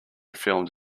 filmed